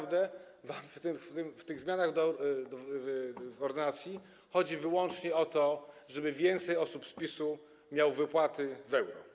W tych zmianach w ordynacji chodzi wyłącznie o to, żeby więcej osób z PiS-u miało wypłaty w euro.